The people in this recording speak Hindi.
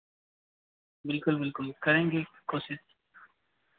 बिल्कुल बिल्कुल करेंगे कोशिस